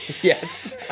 Yes